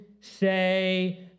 say